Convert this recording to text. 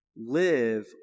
Live